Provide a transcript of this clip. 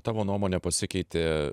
tavo nuomone pasikeitė